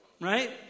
right